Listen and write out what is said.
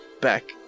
back